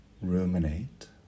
ruminate